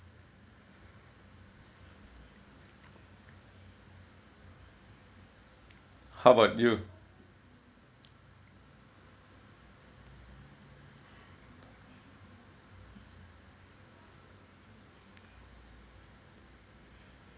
how about you